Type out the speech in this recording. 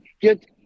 get